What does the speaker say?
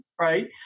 right